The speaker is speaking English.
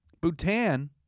Bhutan